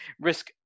risk